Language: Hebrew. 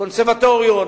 קונסרבטוריון,